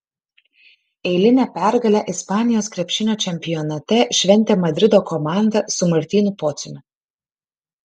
eilinę pergalę ispanijos krepšinio čempionate šventė madrido komanda su martynu pociumi